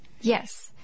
Yes